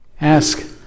Ask